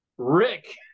Rick